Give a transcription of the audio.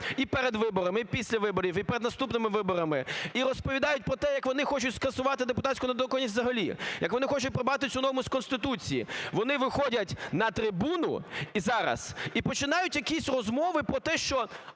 і перед виборами, і після виборів, і перед наступними виборами, і розповідають про те, як вони хочуть скасувати депутатську недоторканність взагалі, як вони хочуть прибрати цю норму з Конституції. Вони виходять на трибуну зараз і починають якісь розмови про те, що,